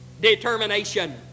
determination